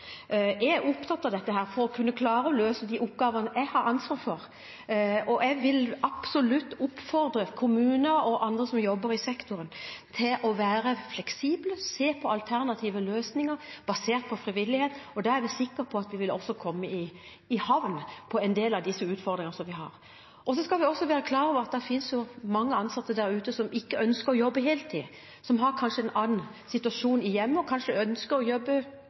Jeg er opptatt av dette for å kunne klare å løse de oppgavene jeg har ansvar for, og jeg vil absolutt oppfordre kommuner og andre som jobber i sektoren, til å være fleksible og se på alternative løsninger basert på frivillighet. Da er jeg sikker på at vi også vil komme i havn når det gjelder en del av de utfordringene vi har. Vi skal også være klar over at det finnes mange ansatte der ute som ikke ønsker å jobbe heltid, som kanskje har en annen situasjon i hjemmet og ønsker å jobbe